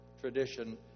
tradition